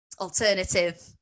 alternative